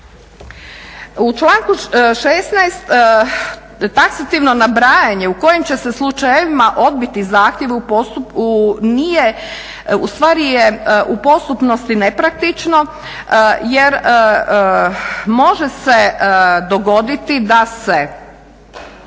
U članku 16. taksativno nabrajanje u kojim će se slučajevima odbiti zahtjev ustvari je u postupnosti nepraktično jer može se dogoditi da se